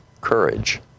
courage